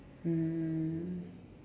mm